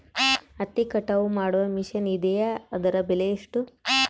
ಹತ್ತಿ ಕಟಾವು ಮಾಡುವ ಮಿಷನ್ ಇದೆಯೇ ಅದರ ಬೆಲೆ ಎಷ್ಟು?